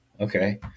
okay